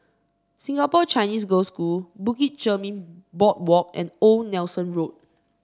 Singapore Chinese Girls' School Bukit Chermin Boardwalk and Old Nelson Road